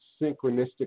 synchronistic